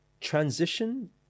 Transition